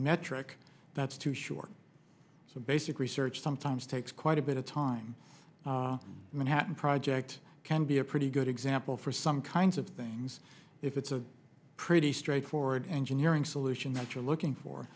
metric that's too short so basic research sometimes takes quite a bit of time manhattan project can be a pretty good example for some kinds of things if it's a pretty straightforward engineering solution that you're looking